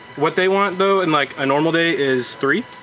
what they want though in like a normal day is three,